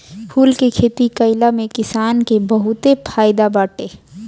फूल के खेती कईला में किसान के बहुते फायदा बाटे